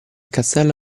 castello